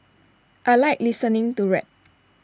I Like listening to rap